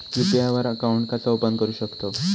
UPI वर account कसा open करू शकतव?